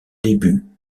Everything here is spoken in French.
début